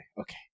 okay